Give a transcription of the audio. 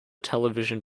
television